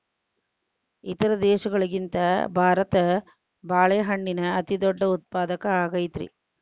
ಇತರ ದೇಶಗಳಿಗಿಂತ ಭಾರತ ಬಾಳೆಹಣ್ಣಿನ ಅತಿದೊಡ್ಡ ಉತ್ಪಾದಕ ಆಗೈತ್ರಿ